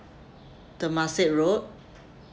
temasek road